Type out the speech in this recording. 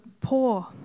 poor